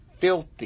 filthy